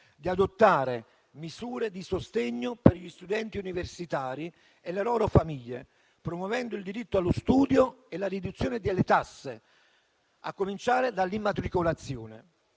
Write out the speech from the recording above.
di adottare misure di sostegno per gli studenti universitari e le loro famiglie, promuovendo il diritto allo studio e la riduzione delle tasse, a cominciare dall'immatricolazione.